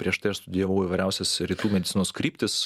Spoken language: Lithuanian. prieš tai aš studijavau įvairiausias rytų medicinos kryptis